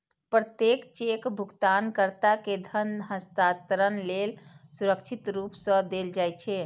प्रत्येक चेक भुगतानकर्ता कें धन हस्तांतरण लेल सुरक्षित रूप सं देल जाइ छै